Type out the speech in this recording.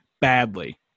badly